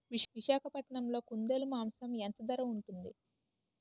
విశాఖపట్నంలో కుందేలు మాంసం ఎంత ధర ఉంటుంది?